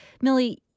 Millie